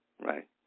right